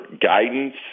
guidance